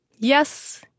Yes